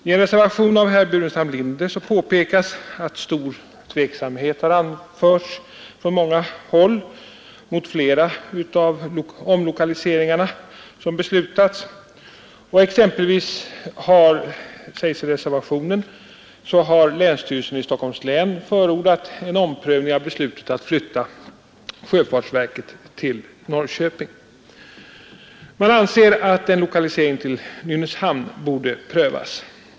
I en reservation av herr Burenstam Linder påpekas att stor tveksamhet anmälts från många håll mot flera av de beslutade omlokaliseringarna. Så t.ex. har länsstyrelsen i Stockholms län förordat en omprövning av 156 beslutet att flytta sjöfartsverket till Norrköping; man anser att en lokalisering till Nynäshamn borde prövas.